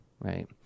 right